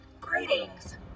Greetings